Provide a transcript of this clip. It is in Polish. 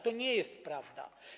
To nie jest prawda.